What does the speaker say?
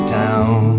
town